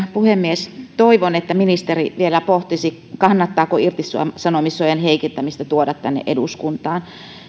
puhemies toivon että ministeri vielä pohtisi kannattaako irtisanomissuojan heikentämistä tuoda tänne eduskuntaan